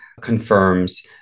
confirms